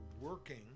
Working